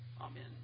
Amen